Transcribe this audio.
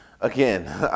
again